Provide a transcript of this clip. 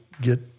get